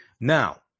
now